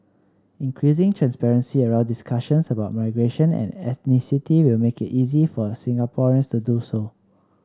increasing transparency around discussions about migration and ethnicity will make it easier for Singaporeans to do so